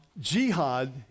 jihad